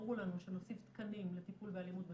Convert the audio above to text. ברור לנו שנוסיף תקנים לטיפול באלימות במשפחה,